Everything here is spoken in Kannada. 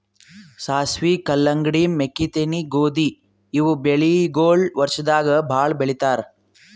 ಸಾಸ್ವಿ, ಕಲ್ಲಂಗಡಿ, ಮೆಕ್ಕಿತೆನಿ, ಗೋಧಿ ಇವ್ ಬೆಳಿಗೊಳ್ ವರ್ಷದಾಗ್ ಭಾಳ್ ಬೆಳಿತಾರ್